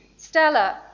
Stella